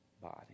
body